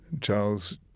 Charles